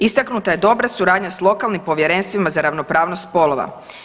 Istaknuta je dobra suradnja sa lokalnim povjerenstvima za ravnopravnost spolova.